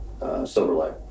Silverlight